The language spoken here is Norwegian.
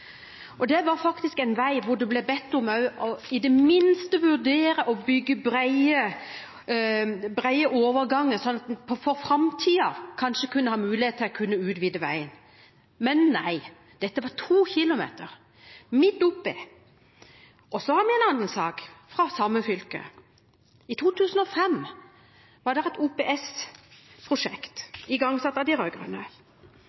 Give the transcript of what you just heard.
og etter. Og det var faktisk en vei hvor det også ble bedt om i det minste å vurdere å bygge brede overganger, slik at en for framtiden kanskje kunne ha mulighet til å utvide veien – men nei. Dette var 2 km – midt på! Så har vi en annen sak fra samme fylke: I 2005 ble et OPS-prosjekt igangsatt av de